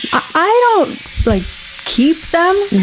i don't like keep them,